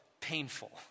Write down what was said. painful